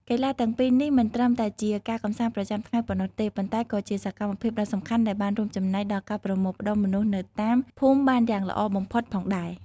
កីឡាទាំងពីរនេះមិនត្រឹមតែជាការកម្សាន្តប្រចាំថ្ងៃប៉ុណ្ណោះទេ ប៉ុន្តែក៏ជាសកម្មភាពដ៏សំខាន់ដែលបានរួមចំណែកដល់ការប្រមូលផ្តុំមនុស្សនៅតាមភូមិបានយ៉ាងល្អបំផុតផងដែរ។